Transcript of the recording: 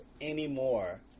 anymore